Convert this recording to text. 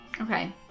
Okay